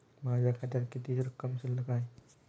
माझ्या खात्यात किती रक्कम शिल्लक आहे?